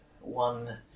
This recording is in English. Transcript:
One